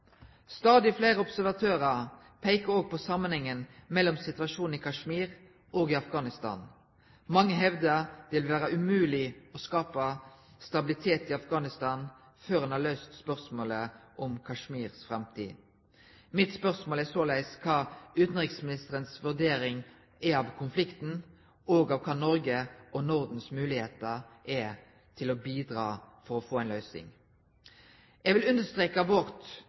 Stadig flere observatører peker også på sammenhengen mellom situasjonen i Kashmir og i Afghanistan. Mange hevder at det vil være umulig å skape stabilitet i Afghanistan før man har løst spørsmålet om Kashmirs framtid.» Mitt spørsmål er således hva utenriksministerens vurdering er av konflikten, og Norges og Nordens muligheter til å bidra for å få en løsning. Jeg vil understreke